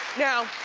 now,